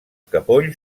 capolls